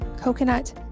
coconut